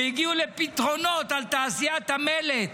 והגיעו לפתרונות על תעשיית המלט,